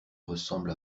ressemble